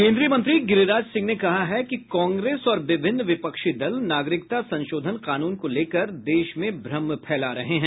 केन्द्रीय मंत्री गिरिराज सिंह ने कहा है कि कांग्रेस और विभिन्न विपक्षी दल नागरिकता संशोधन कानून को लेकर देश में भ्रम फैला रहे हैं